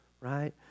right